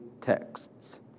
texts